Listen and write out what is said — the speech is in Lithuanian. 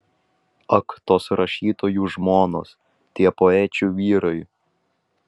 ak tos rašytojų žmonos tie poečių vyrai